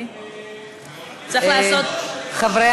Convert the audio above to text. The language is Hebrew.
חברי